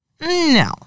No